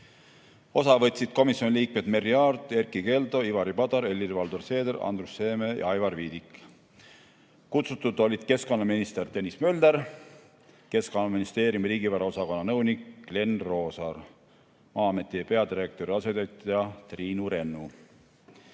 Osa võtsid komisjoni liikmed Merry Aart, Erkki Keldo, Ivari Padar, Helir-Valdor Seeder, Andrus Seeme ja Aivar Viidik. Kutsutud olid keskkonnaminister Tõnis Mölder, Keskkonnaministeeriumi riigivara osakonna nõunik Glen Roosaar ja Maa-ameti peadirektori asetäitja Triinu Rennu.